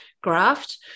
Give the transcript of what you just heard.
graft